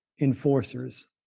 enforcers